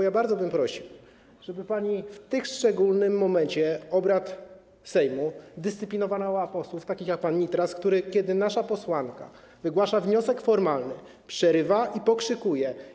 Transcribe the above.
Ja bardzo bym prosił, żeby pani w tym szczególnym momencie obrad Sejmu dyscyplinowała takich posłów jak pan Nitras, który - kiedy nasza posłanka wygłasza wniosek formalny - przerywa i pokrzykuje.